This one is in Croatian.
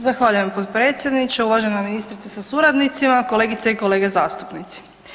Zahvaljujem potpredsjedniče, uvažena ministrice sa suradnicima, kolegice i kolege zastupnici.